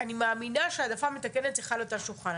אני מאמינה שהעדפה מתקנת צריכה להיות על השולחן.